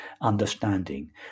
understanding